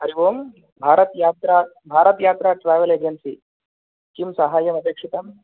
हरिः ओं Bharat Yatra Bharat Yatra travel agency किं साहाय्यमपेक्षितम्